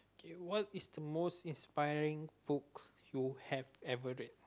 K what is the most inspiring book you have ever read